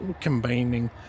Combining